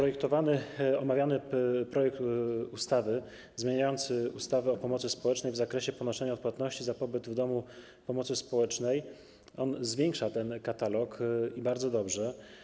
Omawiany projekt ustawy zmieniający ustawę o pomocy społecznej w zakresie ponoszenia odpłatności za pobyt w domu pomocy społecznej rozszerza ten katalog, i bardzo dobrze.